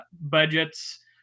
budgets